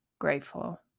grateful